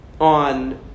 on